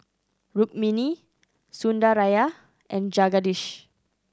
Rukmini Sundaraiah and Jagadish